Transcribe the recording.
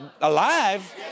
alive